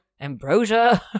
ambrosia